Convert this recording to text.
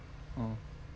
oh